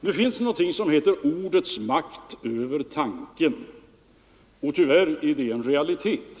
Det finns något som brukar kallas ordets makt över tanken, och den företeelsen är tyvärr också en realitet.